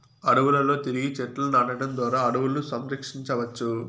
అడవులలో తిరిగి చెట్లను నాటడం ద్వారా అడవులను సంరక్షించవచ్చు